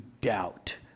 doubt